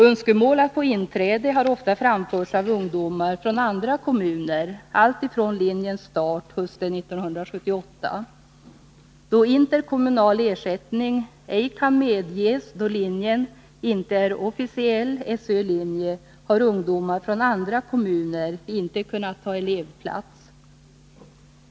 Önskemål om att få inträde till friidrottslinjen har ofta framförts av ungdomar från andra kommuner, alltifrån linjens start hösten 1978. Då interkommunal ersättning ej kan medges — enär linjen inte är officiell SÖ-linje — har ungdomar från andra kommuner inte kunnat ta elevplats.